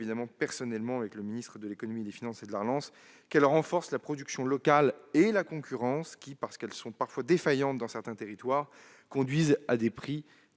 personnellement, avec le ministre de l'économie, des finances et de la relance, à ce qu'elles renforcent la production locale et la concurrence, qui, parce qu'elles sont parfois défaillantes dans ces territoires, conduisent à des prix